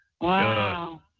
Wow